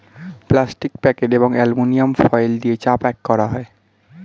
plastic packet এবং aluminium foil দিয়ে চা প্যাক করা হয়